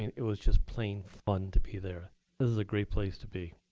it was just plain fun to be there. this is a great place to be.